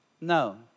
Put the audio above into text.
No